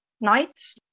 nights